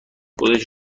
خودش